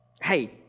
hey